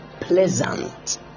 pleasant